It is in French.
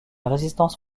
résistance